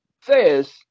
says